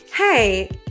Hey